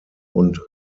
und